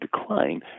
decline